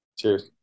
Cheers